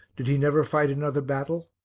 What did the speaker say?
did he never fight another battle?